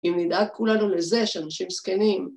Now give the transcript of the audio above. אם נדאג כולנו לזה שאנשים זקנים.